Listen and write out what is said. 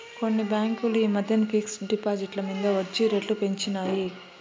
కొన్ని బాంకులు ఈ మద్దెన ఫిక్స్ డ్ డిపాజిట్ల మింద ఒడ్జీ రేట్లు పెంచినాయి